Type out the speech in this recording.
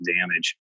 damage